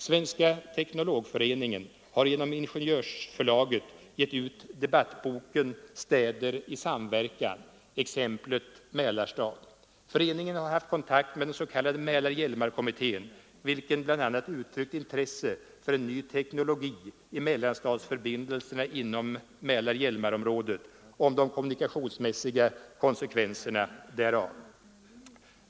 Svenska teknologföreningen har genom Ingenjörsförlaget gett ut debattboken ”Städer i samverkan — exemplet Mälarstad”. Föreningen har haft kontakt med den s.k. Mälar-Hjälmarkommittén, vilken bl.a. uttalat intresse för en ny teknologi i mellanstadsförbindelserna inom Mälar Hjälmarområdet och de kommunikationsmässiga konsekvenserna härav.